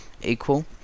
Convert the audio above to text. equal